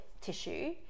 tissue